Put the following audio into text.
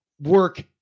work